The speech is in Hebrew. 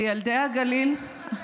וילדי הגליל, רגע,